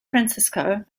francisco